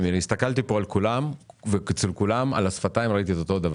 הסתכלתי פה על כולם ואצל כולם על השפתיים ראיתי את אותו דבר.